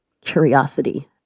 curiosity